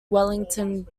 wellington